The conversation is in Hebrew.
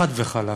חד וחלק.